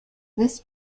this